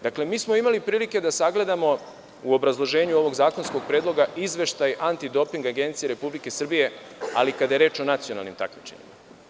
Imali smo dakle, prilike da sagledamo u obrazloženju ovoj zakonskog predloga izveštaj Antidoping agencije Republike Srbije, ali kada je reč o nacionalnim takmičenjima.